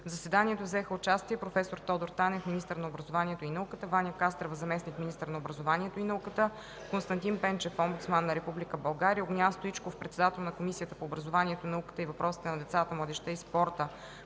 В заседанието взеха участие: проф. Тодор Танев – министър на образованието и науката, Ваня Кастрева – заместник-министър на образованието и науката, Константин Пенчев – омбудсман на Република България, Огнян Стоичков – председател на Комисията по образованието, науката и въпросите на децата, младежта и спорта